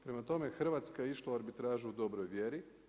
Prema tome, Hrvatska je išla u arbitražu u dobroj vjeri.